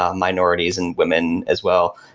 um minorities and women as well,